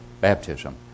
baptism